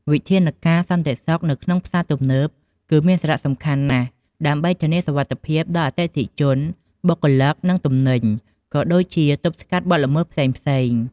វិធានការសន្តិសុខនៅក្នុងផ្សារទំនើបគឺមានសារៈសំខាន់ណាស់ ដើម្បីធានាសុវត្ថិភាពដល់អតិថិជន បុគ្គលិក និងទំនិញ ក៏ដូចជាទប់ស្កាត់បទល្មើសផ្សេងៗ។